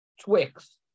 Twix